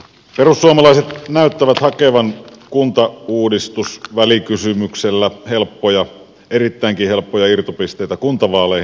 perussuomalaiset näyttävät hakevan kuntauudistusvälikysymyksellä helppoja erittäinkin helppoja irtopisteitä kuntavaaleihin